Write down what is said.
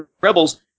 Rebels